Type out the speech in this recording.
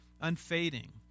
unfading